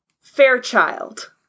Fairchild